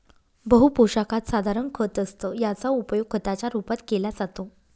बहु पोशाखात साधारण खत असतं याचा उपयोग खताच्या रूपात केला जातो